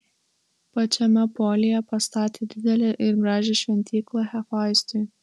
pačiame polyje pastatė didelę ir gražią šventyklą hefaistui